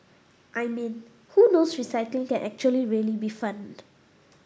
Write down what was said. I mean who knows recycling can actually really be fun